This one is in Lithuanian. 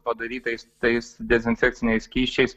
padarytais tais dezinfekciniais skysčiais